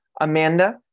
Amanda